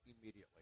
immediately